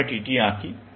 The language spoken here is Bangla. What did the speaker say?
প্রথমে ট্রি আঁকি